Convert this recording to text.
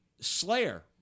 Slayer